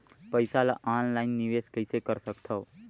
पईसा ल ऑनलाइन निवेश कइसे कर सकथव?